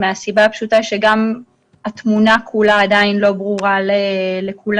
מהסיבה הפשוטה שגם התמונה כולה עדיין לא ברורה לכולנו,